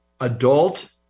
adult